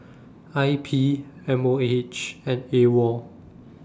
I P M O H and AWOL